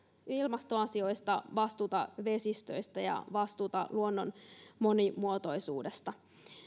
ilmastoasioista vastuuta vesistöistä ja vastuuta luonnon monimuotoisuudesta